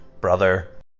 brother